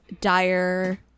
dire